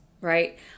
right